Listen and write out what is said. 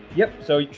yup, so.